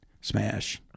smash